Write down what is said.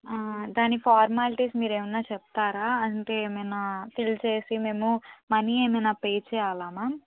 ఆ దాని ఫార్మాలిటీస్ మీరు ఏమైనా చెప్తారా అంటే ఏమైనా ఫిల్ చేసి మేము మనీ ఏమైనా పే చెయ్యాలా మామ్